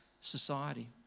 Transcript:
society